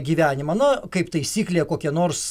gyvenimą nu kaip taisyklė kokie nors